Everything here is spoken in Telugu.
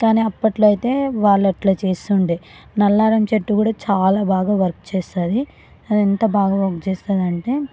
కానీ అప్పట్లో అయితే వాళ్ళు అట్లా చేస్తుండే నల్లారం చెట్టు కూడా చాలా బాగా వర్క్ చేస్తుంది అది ఎంత బాగా వర్క్ చేస్తుందంటే